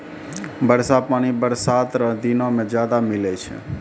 वर्षा पानी बरसात रो दिनो मे ज्यादा मिलै छै